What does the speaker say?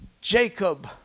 jacob